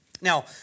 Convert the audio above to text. Now